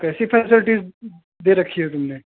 कैसी फैसलटीज़ दे रखी है तुमने